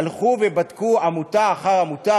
הלכו ובדקו עמותה אחר עמותה,